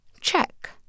Check